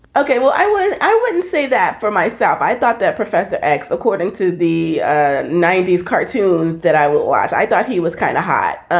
okay. well, i was i wouldn't say that for myself. i thought that professor x, according to the ninety s cartoon that i watch, i thought he was kind of hot,